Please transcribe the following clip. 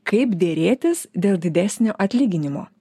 kaip derėtis dėl didesnio atlyginimo